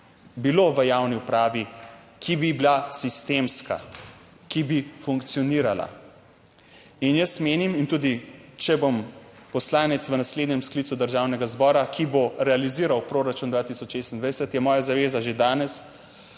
bilo v javni upravi, ki bi bila sistemska, ki bi funkcionirala. In jaz menim in tudi če bom poslanec v naslednjem sklicu Državnega zbora, ki bo realiziral proračun 2026, je moja zaveza že danes,